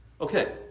Okay